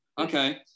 Okay